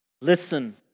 Listen